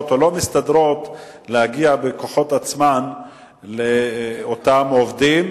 או לא מסתדרות להגיע בכוחות עצמן לאותם עובדים,